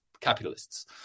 capitalists